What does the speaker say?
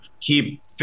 keep